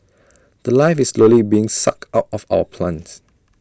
The Life is slowly being sucked out of our plants